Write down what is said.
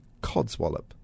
codswallop